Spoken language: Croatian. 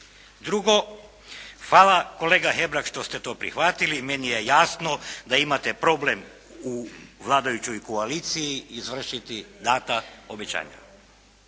Drugo, hvala kolega Hebrang što ste to prihvatili. Meni je jasno da imate problem u vladajućoj koaliciji izvršiti dana obećanja.